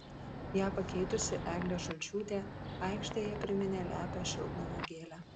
ją pakeitusi eglė šulčiūtė aikštėje priminė lepią šiltnamio gėlę